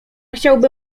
chciałby